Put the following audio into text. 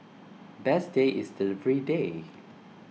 best day is delivery day